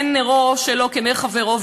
אין נרו שלו כנר חברו,